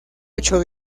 ocho